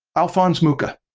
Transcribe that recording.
alphonse mucha